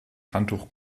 handtuch